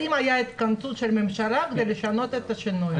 האם הייתה התכנסות של הממשלה כדי לשנות את השינוי?